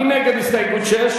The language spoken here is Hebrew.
מי נגד הסתייגות 6?